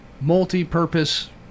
multi-purpose